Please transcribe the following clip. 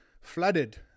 flooded